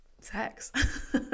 sex